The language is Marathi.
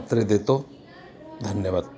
खात्री देतो धन्यवाद